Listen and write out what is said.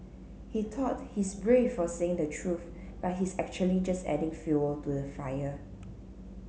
he thought he's brave for saying the truth but he's actually just adding fuel to the fire